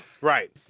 Right